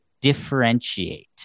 differentiate